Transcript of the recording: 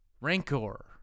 Rancor